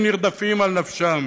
שנרדפים על נפשם,